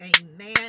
Amen